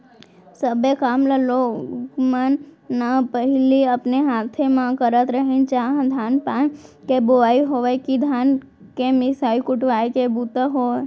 सब्बे काम ल लोग मन न पहिली अपने हाथे म करत रहिन चाह धान पान के बोवई होवय कि धान के मिसाय कुटवाय के बूता होय